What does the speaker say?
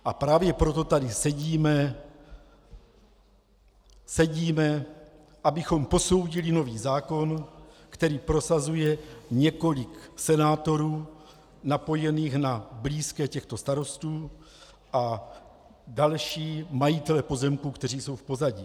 A právě proto tady sedíme, abychom posoudili nový zákon, který prosazuje několik senátorů napojených na blízké těchto starostů a další majitele pozemků, kteří jsou v pozadí.